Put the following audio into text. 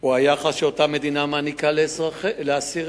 הוא היחס שאותה מדינה מעניקה לאסיריה.